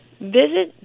visit